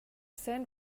sand